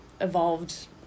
evolved